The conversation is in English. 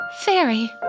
Fairy